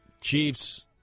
Chiefs